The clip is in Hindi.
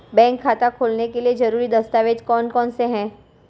बैंक खाता खोलने के लिए ज़रूरी दस्तावेज़ कौन कौनसे हैं?